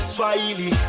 Swahili